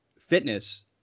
fitness